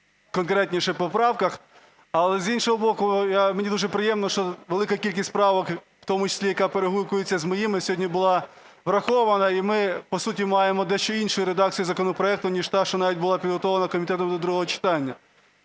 конкретніше по правках. Але, з іншого боку, мені дуже приємно, що велика кількість правок, в тому числі й яка перегукується з моїми, сьогодні була врахована. І ми по суті маємо дещо іншу редакцію законопроекту, ніж та, що навіть була підготовлена комітетом до другого читання.